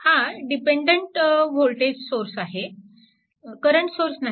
हा dependent voltage source आहे current source नाही